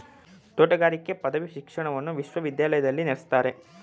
ತೋಟಗಾರಿಕೆ ಪದವಿ ಶಿಕ್ಷಣವನ್ನು ವಿಶ್ವವಿದ್ಯಾಲಯದಲ್ಲಿ ನೀಡ್ತಾರೆ